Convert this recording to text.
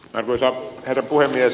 arvoisa herra puhemies